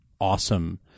awesome